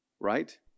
Right